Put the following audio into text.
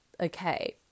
Okay